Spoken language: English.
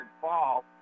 fall